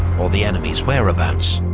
or the enemy's whereabouts.